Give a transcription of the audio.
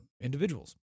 individuals